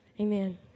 Amen